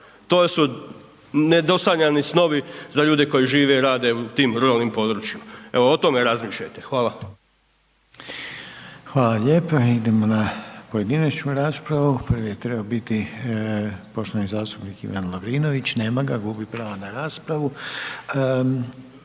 To su nedosanjani snovi za ljude koji žive i rade u tim ruralnim područjima, evo o tome razmišljate. Hvala. **Reiner, Željko (HDZ)** Hvala lijepo. Idemo na pojedinačnu raspravu, prvi je trebao biti poštovani zastupnik Ivan Lovrinović, nema ga, gubi pravo na raspravu.